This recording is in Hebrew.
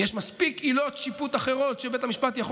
יש מספיק עילות שיפוט אחרות שבהן בית המשפט יכול